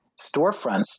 storefronts